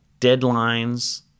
deadlines